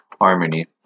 Harmony